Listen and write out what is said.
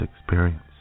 experience